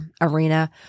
arena